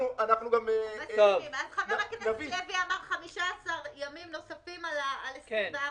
אז חבר הכנסת לוי אמר 15 ימים נוספים על ה-24 ביולי.